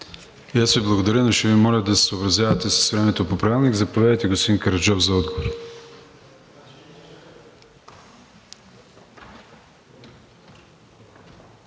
Благодаря Ви, но ще Ви моля да се съобразявате с времето по Правилник. Заповядайте, господин Караджов, за отговор.